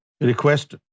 request